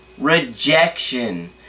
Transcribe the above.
rejection